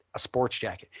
a sports jacket.